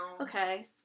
Okay